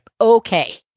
okay